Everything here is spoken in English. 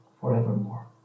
forevermore